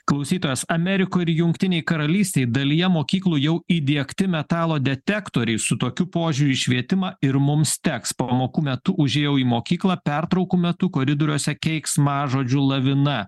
klausytojas amerikoj ir jungtinėj karalystėj dalyje mokyklų jau įdiegti metalo detektoriai su tokiu požiūriu į švietimą ir mums teks pamokų metu užėjau į mokyklą pertraukų metu koridoriuose keiksmažodžių lavina